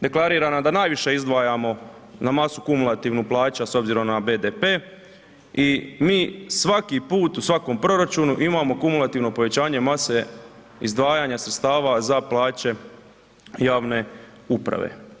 deklarirana da najviše izdvajamo na masu kumulativnu plaća s obzirom na BDP i mi svaki put u svakom proračunu imamo kumulativno povećanje mase izdvajanja sredstava za plaće javne uprave.